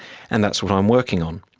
and that's what i'm working on.